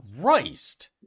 Christ